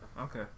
Okay